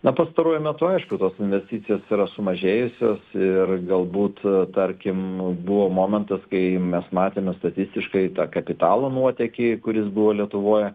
na pastaruoju metu aišku tos investicijos yra sumažėjusios ir galbūt tarkim buvo momentas kai mes matėme statistiškai tą kapitalo nuotėkį kuris buvo lietuvoj